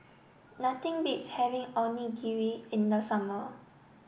nothing beats having Onigiri in the summer